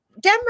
Dem